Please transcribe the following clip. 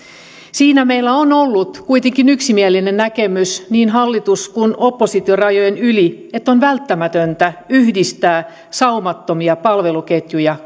siinä meillä on ollut kuitenkin yksimielinen näkemys hallitus oppositio rajan yli että on välttämätöntä yhdistää saumattomia palveluketjuja